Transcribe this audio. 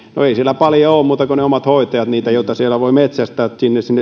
no ei siellä paljon ole muita kuin ne omat hoitajat joita siellä voi metsästää että kyllä tässä